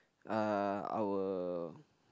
uh our